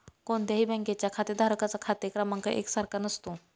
कोणत्याही बँकेच्या खातेधारकांचा खाते क्रमांक एक सारखा नसतो